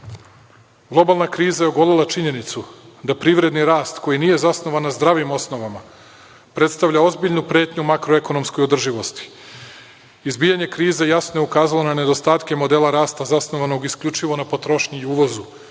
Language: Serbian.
izložena. Globalna kriza je ogolela činjenicu da privredni rast koji nije zasnovan na zdravim osnovama predstavlja ozbiljnu pretnju makroekonomskoj održivosti. Izbijanje kriza jasno je ukazalo na nedostatke modela rasta zasnovanog isključivo na potrošnji i uvozu.